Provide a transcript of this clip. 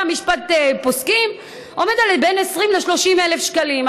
המשפט פוסקים עומד על בין 20,000 ל-30,000 שקלים.